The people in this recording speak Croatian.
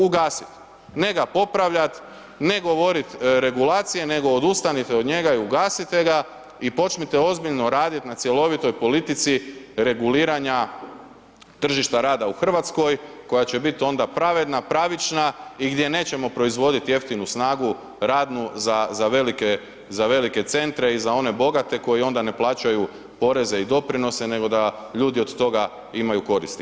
Ugasit, ne ga popravljat, ne govorit regulacija nego odustanite od njega i ugasite ga i počnite ozbiljno radit na cjelovitoj politici reguliranja tržišta rada u Hrvatskoj koja će biti onda pravedna, pravična i gdje nećemo proizvoditi jeftinu snagu radnu za velike centre i za one bogate koji onda ne plaćaju poreze i doprinose nego da ljudi od toga imaju koristi.